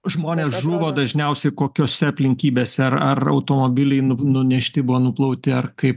žmonės žuvo dažniausiai kokiose aplinkybėse ar ar automobiliai nup nunešti buvo nuplauti ar kaip